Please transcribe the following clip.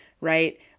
Right